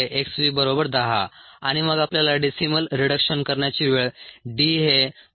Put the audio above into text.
10 आणि मग आपल्याला डेसिमल रिडक्शन करण्याची वेळ D हे 2